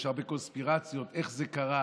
יש הרבה קונספירציות איך זה קרה,